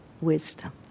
wisdom